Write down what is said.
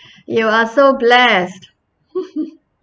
you are so blessed